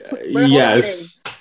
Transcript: Yes